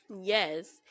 Yes